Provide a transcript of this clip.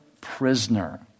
prisoner